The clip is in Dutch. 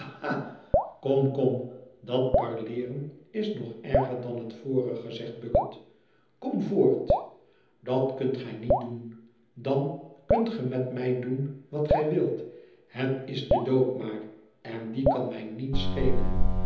kom kom dat parleeren is nog erger dan het vorige zegt bucket kom voort dat kunt gij niet doen dan kunt ge met mij doen wat gij wilt het is de dood maar en die kan mij niet schelen